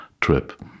trip